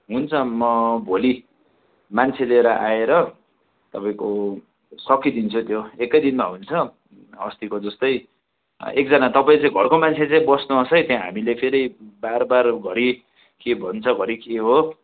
हुन्छ म भोलि मान्छे लिएर आएर तपाईँको सकिदिन्छु त्यो एकै दिनमा हुन्छ अस्तिको जस्तै एकजना तपाईँ चाहिँ घरको मान्छे चाहिँ बस्नु होस् है त्यहाँ हामीलले फेरि बार बार घरी के भन्छ घरी के हो